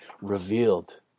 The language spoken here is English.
revealed